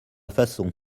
façon